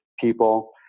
people